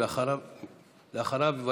ואחריו,